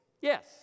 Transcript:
yes